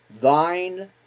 thine